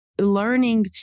Learning